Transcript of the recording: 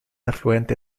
afluente